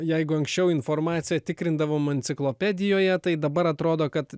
jeigu anksčiau informaciją tikrindavom enciklopedijoje tai dabar atrodo kad